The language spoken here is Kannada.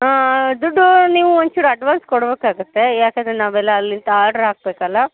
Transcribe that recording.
ಹಾಂ ದುಡ್ಡೂ ನೀವು ಒಂಚೂರು ಅಡ್ವಾನ್ಸ್ ಕೊಡ್ಬೇಕಾಗುತ್ತೆ ಯಾಕಂದರೆ ನಾವೆಲ್ಲ ಅಲ್ಲಿಂದ ಆರ್ಡ್ರ್ ಹಾಕಬೇಕಲ್ಲ